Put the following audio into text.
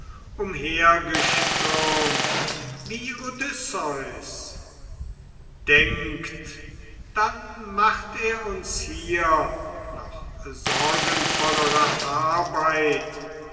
umhergestürmt wie odysseus denkt dann macht er uns hier noch sorgenvollere arbeit